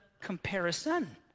comparison